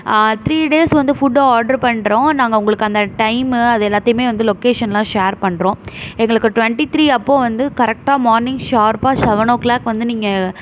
three days வந்து food order பண்ணுறோம் நாங்கள் உங்களுக்கு அந்த டைம்மு அது எல்லாத்தையுமே வந்து லொக்கேஷன்லாம் ஷேர் பண்ணுறோம் எங்களுக்கு டொன்ட்டி த்ரீ அப்போது வந்து கரெக்டாக மார்னிங் ஷார்ப்பாக ஷெவன் ஓ கிளாக் வந்து நீங்கள்